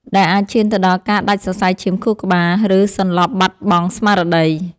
ដែលអាចឈានទៅដល់ការដាច់សរសៃឈាមខួរក្បាល ឬសន្លប់បាត់បង់ស្មារតី។